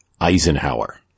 Eisenhower